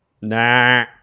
Nah